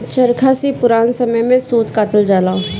चरखा से पुरान समय में सूत कातल जाला